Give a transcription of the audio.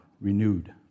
renewed